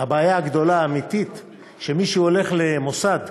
הבעיה הגדולה האמיתית היא שמי שהולך למוסד